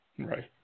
Right